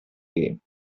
game